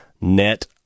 net